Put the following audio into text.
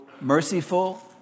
merciful